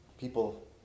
people